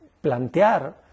plantear